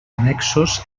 annexos